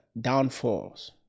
downfalls